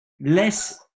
less